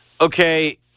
okay